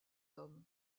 hommes